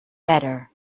better